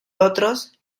otros